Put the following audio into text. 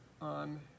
on